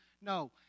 No